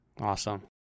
Awesome